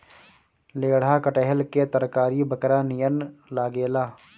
लेढ़ा कटहल के तरकारी बकरा नियन लागेला